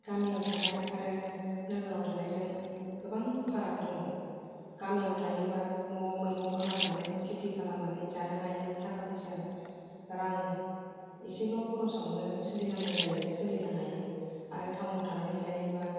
गामियाव थानाय आरो नोगोराव थानायजों गोबां फाराग दङ गामियाव थायोबा न'आव मैगं खालामनानै खेथि खालामनानै जानो हायो थाखा फैसा रां एसेल' खर'स आवनो सोलिनांगौ जायो सोलिनो हायो आरो थाउनाव थानानै जायोबा